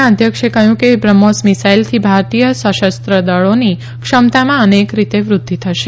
ના અધ્યક્ષે કહ્યું કે બ્રહ્મોસ મિસાઈલથી ભારતીય સશસ્ત્ર દળોની ક્ષમતામાં અનેક રીતે વૃદ્ધિ થશે